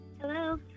Hello